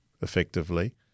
effectively